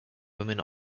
women